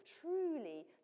truly